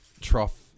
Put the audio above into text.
trough